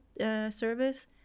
service